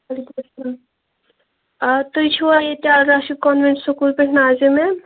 وَعلیکُم اَسلام آ تُہۍ چھِوا ییٚتہِ راشَن کانوینٹ سکوٗل پیٚٹھٕ نازِیا میٚم